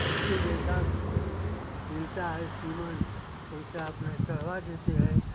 जिसको जैसा मिलता है सीमन वैसा अपना चढ़वा देते हैं